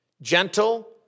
Gentle